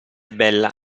bella